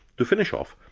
to finish off,